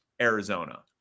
Arizona